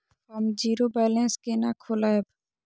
हम zero balance केना खोलैब?